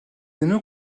anneaux